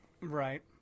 Right